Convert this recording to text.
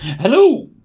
Hello